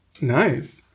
Nice